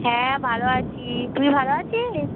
হ্যাঁ ভালো আছি তুই ভালো আছিস